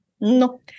No